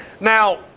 Now